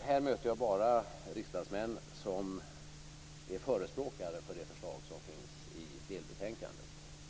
Här möter jag bara riksdagsmän som är förespråkare för det förslag som finns i delbetänkandet.